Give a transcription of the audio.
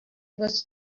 was